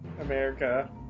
America